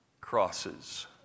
crosses